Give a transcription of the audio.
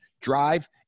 drive